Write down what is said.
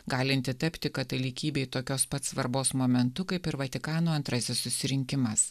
galinti tapti katalikybei tokios pat svarbos momentu kaip ir vatikano antrasis susirinkimas